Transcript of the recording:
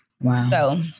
wow